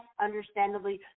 understandably